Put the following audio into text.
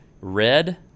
Red